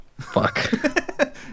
fuck